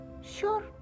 Sure